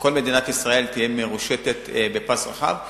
כל מדינת ישראל תהיה מרושתת בפס רחב,